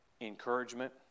encouragement